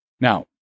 Now